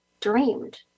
dreamed